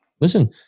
listen